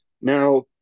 Now